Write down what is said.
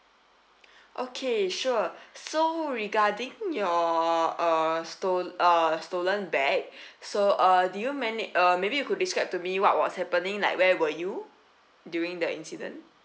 okay sure so regarding your uh stole~ uh stolen bag so uh did you mana~ uh maybe you could describe to me what was happening like where were you during the incident